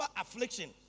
affliction